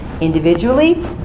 individually